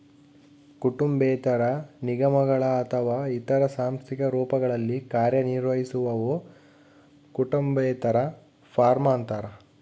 ಕುಟುಂಬೇತರ ನಿಗಮಗಳು ಅಥವಾ ಇತರ ಸಾಂಸ್ಥಿಕ ರೂಪಗಳಲ್ಲಿ ಕಾರ್ಯನಿರ್ವಹಿಸುವವು ಕುಟುಂಬೇತರ ಫಾರ್ಮ ಅಂತಾರ